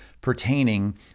pertaining